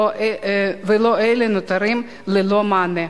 והם נותרים ללא מענה.